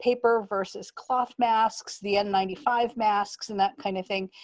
paper versus cloth masks, the n nine five masks and that kind of thing.